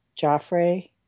Joffrey